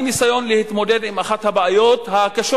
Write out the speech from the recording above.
היא ניסיון להתמודד עם אחת הבעיות הקשות